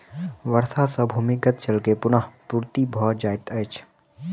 वर्षा सॅ भूमिगत जल के पुनःपूर्ति भ जाइत अछि